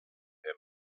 him